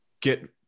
get